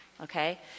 Okay